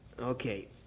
Okay